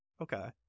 Okay